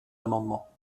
amendements